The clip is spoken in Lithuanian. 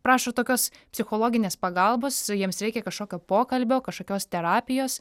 prašo tokios psichologinės pagalbos su jiems reikia kažkokio pokalbio kažkokios terapijos